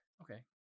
Okay